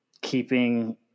keeping